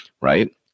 right